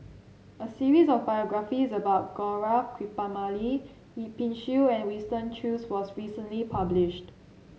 a series of biographies about Gaurav Kripalani Yip Pin Xiu and Winston Choos was recently published